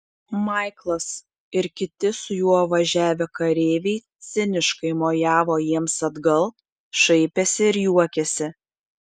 maiklas ir kiti su juo važiavę kareiviai ciniškai mojavo jiems atgal šaipėsi ir juokėsi